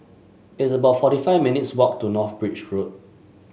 it's about forty five minutes' walk to North Bridge Road